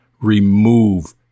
remove